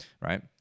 right